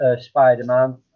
Spider-Man